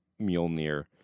Mjolnir